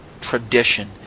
Tradition